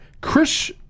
Chris